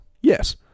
Yes